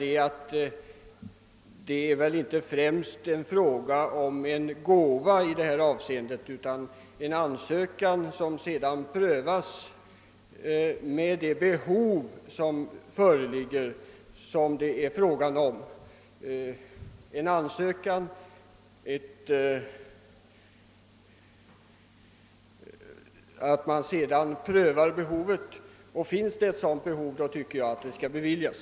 Här rör det sig väl inte främst om en gåva utan om en ansökan, som sedan prövas med hänsyn till det föreliggande behovet. Finns det verkligen ett behov, anser jag att anslag skall beviljas.